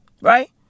Right